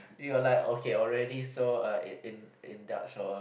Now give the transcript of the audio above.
you are like okay already so uh in in in Dutch or